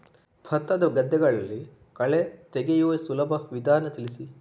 ಭತ್ತದ ಗದ್ದೆಗಳಲ್ಲಿ ಕಳೆ ತೆಗೆಯುವ ಸುಲಭ ವಿಧಾನ ತಿಳಿಸಿ?